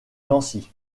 nancy